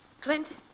Clint